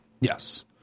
Yes